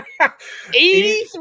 83